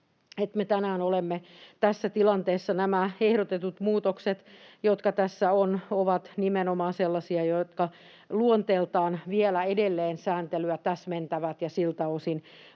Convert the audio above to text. tänään olemme tässä tilanteessa. Nämä ehdotetut muutokset, jotka tässä on, ovat nimenomaan sellaisia, jotka luonteeltaan vielä edelleen sääntelyä täsmentävät, ja siltä osin